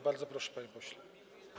Bardzo proszę, panie pośle.